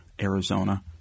Arizona